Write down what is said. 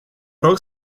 rog